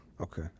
Okay